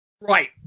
right